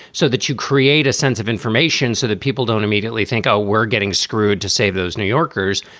so that you create a sense of information so that people don't immediately think, oh we're getting screwed to save those new yorkers,